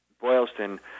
Boylston